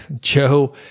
Joe